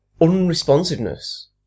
unresponsiveness